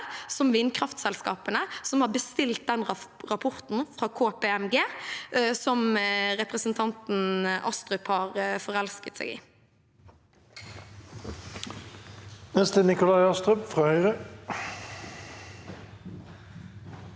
som vindkraftselskapene, som har bestilt den rapporten fra KPMG som representanten Astrup har forelsket seg i. Nikolai Astrup (H)